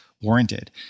warranted